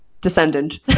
descendant